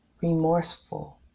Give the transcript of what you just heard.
remorseful